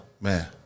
Man